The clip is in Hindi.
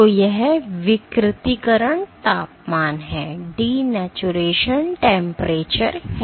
तो यह विकृतीकरण तापमान है